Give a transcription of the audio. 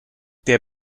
der